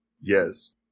Yes